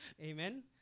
Amen